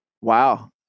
Wow